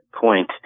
point